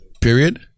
Period